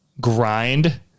grind